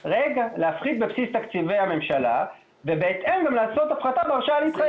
להפחית בבסיס תקציבי הממשלה ובהתאם גם לעשות הפחתה בהרשאה להתחייב.